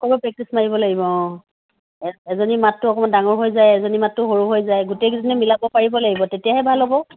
অকণমান প্ৰেক্টিচ মাৰিব লাগিব অঁ এজনী মাতটো অকণ ডাঙৰ হৈ যায় এজনী মাতটো সৰু হৈ যায় গোটেইকেইজনী মিলাব পাৰিব লাগিব তেতিয়া হে ভাল হ'ব